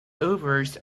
overs